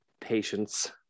patience